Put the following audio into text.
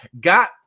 got